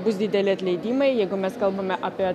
bus dideli atleidimai jeigu mes kalbame apie